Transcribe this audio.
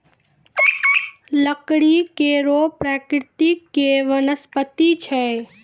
लकड़ी कड़ो प्रकृति के वनस्पति छै